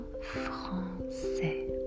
français